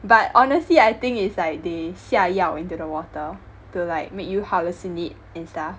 but honestly I think it's like they 下药 into the water to like make you hallucinate and stuff